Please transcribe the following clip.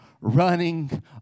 running